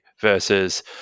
versus